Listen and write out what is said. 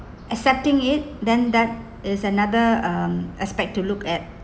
accepting it then that is another um aspect to look at